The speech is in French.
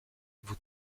vous